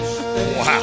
Wow